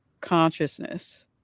consciousness